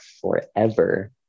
forever